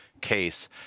case